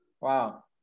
Wow